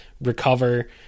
recover